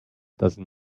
doesn’t